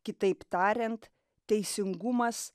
kitaip tariant teisingumas